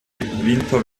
winter